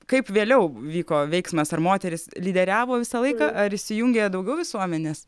kaip vėliau vyko veiksmas ar moterys lyderiavo visą laiką ar įsijungė daugiau visuomenės